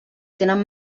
tenen